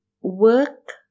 work